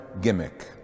gimmick